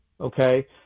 okay